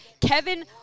Kevin